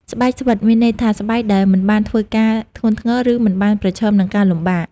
ស្បែកស្វិត មានន័យថា ស្បែកដែលមិនបានធ្វើការធ្ងន់ធ្ងរ ឬមិនបានប្រឈមនឹងការលំបាក។